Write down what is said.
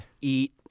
eat